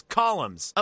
columns